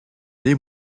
des